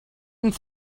and